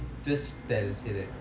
just tell say that